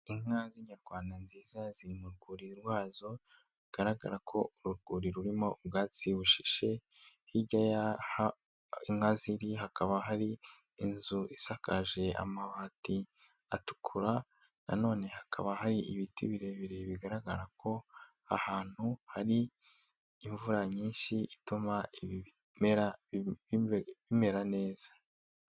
Inka z'inyarwanda nziza ziri mu rwuri rwazo bigaragara ko uruwuri rurimo ubwatsi bushishe hirya inka ziri hakaba hari inzu isakaje amabati atukura, nanone hakaba hari ibiti birebire bigaragara ko ahantu hari imvura nyinshi ituma ibimera bimera neza.